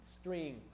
strings